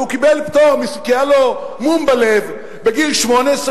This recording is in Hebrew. קיבל פטור כי היה לו מום בלב בגיל 18,